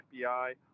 fbi